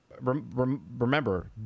remember